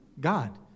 God